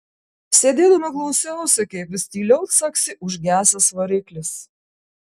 sėdėdama klausiausi kaip vis tyliau caksi užgesęs variklis